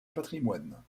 patrimoine